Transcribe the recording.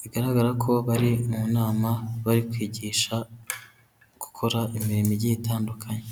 bigaragara ko bari mu nama, bari kwigisha gukora imirimo igiye itandukanye.